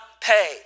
pay